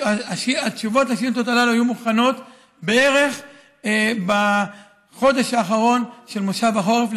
התשובות על השאילתות האלה היו מוכנות בערך בחודש האחרון של מושב החורף.